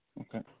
okay